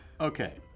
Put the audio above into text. Okay